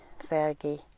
Fergie